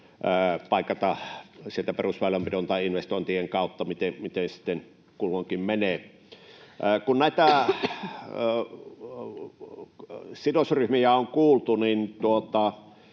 sieltä perusväylänpidon tai investointien kautta, miten sitten kulloinkin menee. Kun näitä sidosryhmiä on kuultu,